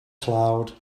cloud